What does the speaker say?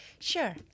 Sure